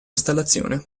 installazione